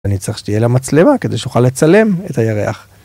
אני צריך שתהיה לה מצלמה כדי שאוכל לצלם את הירח.